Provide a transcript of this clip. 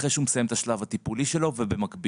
אחרי שהוא מסיים את השלב הטיפולי שלו ובמקביל.